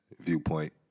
viewpoint